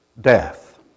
death